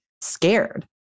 scared